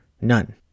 none